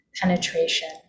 penetration